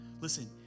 listen